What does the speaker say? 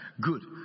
Good